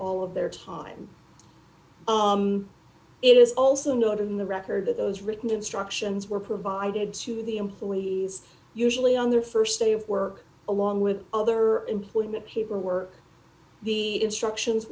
all of their time it is also not in the record that those written instructions were provided to the employee usually on their st day of work along with other employment paperwork the instructions